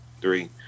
three